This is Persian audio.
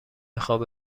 خواب